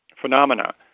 phenomena